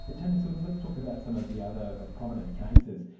but tania sourdin, let's talk about some of the other prominent cases.